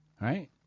right